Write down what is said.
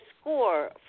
score